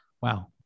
wow